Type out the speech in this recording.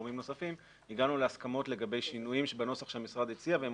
גורמי נוספים הגענו להסכמות לגבי שינויים בנוסח שהמשרד הציע והם